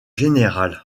général